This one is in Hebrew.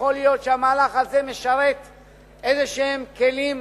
יכול להיות שהמהלך הזה משרת איזשהם כלים